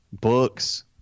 books